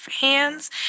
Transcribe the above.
hands